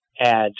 add